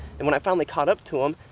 and when i finally caught up to him,